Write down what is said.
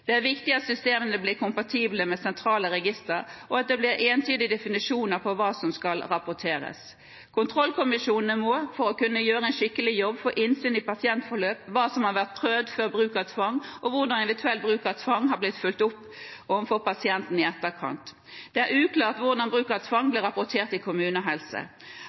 Det er viktig at systemene blir kompatible med sentrale registre, og at det blir entydige definisjoner på hva som skal rapporteres. Kontrollkommisjonene må, for å kunne gjøre en skikkelig jobb, få innsyn i pasientforløpet, hva som har vært prøvd før bruk av tvang, og hvordan eventuell bruk av tvang har blitt fulgt opp overfor pasienten i etterkant. Det er uklart hvordan bruk av tvang blir rapportert i